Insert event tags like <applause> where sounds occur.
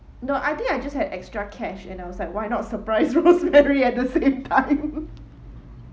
no I think I just had extra cash and I was like why not surprise rosemary at the same time <laughs>